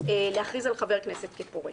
להכריז על חבר כנסת כפורש.